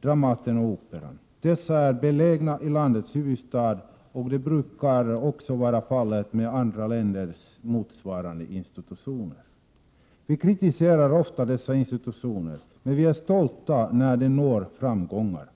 Dramaten och Operan. Dessa är belägna i landets huvudstad, och så brukar också vara fallet med andra länders motsvarande institutioner. Vi kritiserar ofta dessa institutioner, men vi är stolta när de når framgångar.